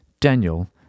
Daniel